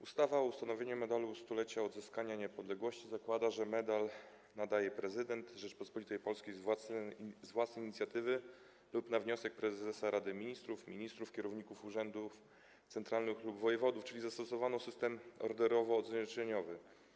Ustawa o ustanowieniu Medalu Stulecia Odzyskanej Niepodległości zakłada, że medal nadaje prezydent Rzeczypospolitej Polskiej z własnej inicjatywy lub na wniosek prezesa Rady Ministrów, ministrów, kierowników urzędów centralnych lub wojewodów, czyli zastosowano system orderowo-odznaczeniowy.